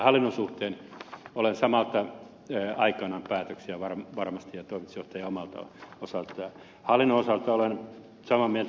hallinnon suhteen olen samaten yöaikaan päätöksiä vaan varmisti tozerte omalta samaa mieltä kuin ed